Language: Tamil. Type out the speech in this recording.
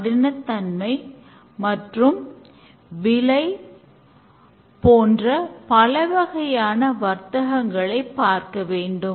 கடைசியில் ஸ்பரின்டின் முடிவில் productஐ ஏற்றுக் கொள்வதோ நிராகரிப்பதோ அவரே முடிவு செய்கிறார்